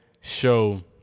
show